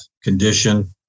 condition